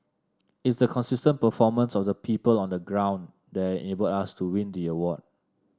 it's the consistent performance of the people on the ground that enabled us to win the award